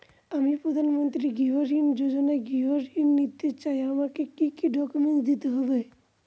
আমি প্রধানমন্ত্রী গৃহ ঋণ যোজনায় গৃহ ঋণ নিতে চাই আমাকে কি কি ডকুমেন্টস দিতে হবে?